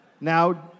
Now